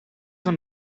van